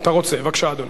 אתה רוצה, בבקשה, אדוני.